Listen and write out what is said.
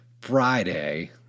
Friday